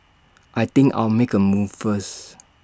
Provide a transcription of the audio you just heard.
I think I'll make A move first